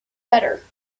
better